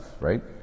right